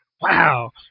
wow